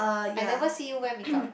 I never see you wear makeup